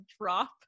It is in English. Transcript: drop